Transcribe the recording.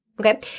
Okay